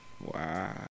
Wow